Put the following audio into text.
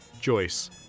Joyce